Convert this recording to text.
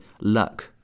luck